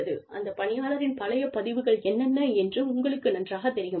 அந்த பணியாளரின் பழைய பதிவுகள் என்னென்ன என்று உங்களுக்கு நன்றாகத் தெரியும்